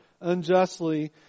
unjustly